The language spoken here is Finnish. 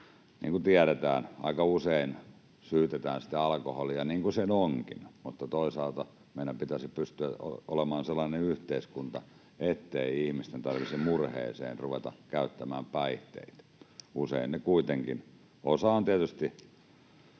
niin kuin tiedetään, että aika usein syytetään sitä alkoholia, niin kuin se syy usein onkin. Mutta toisaalta meidän pitäisi pystyä olemaan sellainen yhteiskunta, ettei ihmisten tarvitse murheeseen ruveta käyttämään päihteitä. Usein ne kuitenkin... Osa on tietysti